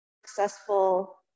successful